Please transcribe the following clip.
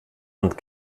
und